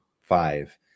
five